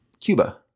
Cuba